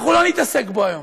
אנחנו לא נתעסק בו היום.